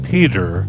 Peter